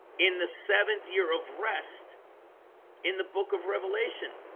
in the seventh year of rest in the book of revelation